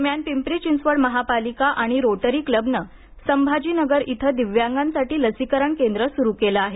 दरम्यान पिंपरी चिंचवड महापालिका आणि रोटरी क्लबनं संभाजीनगर इथ दिव्यांगांसाठी लसीकरण केंद्र सुरू केलं आहे